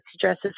dresses